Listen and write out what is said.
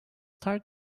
tired